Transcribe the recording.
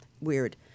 weird